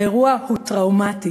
האירוע הוא טראומטי.